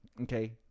Okay